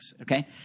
Okay